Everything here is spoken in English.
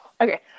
Okay